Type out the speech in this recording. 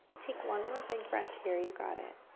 take one more big breath here, you got it.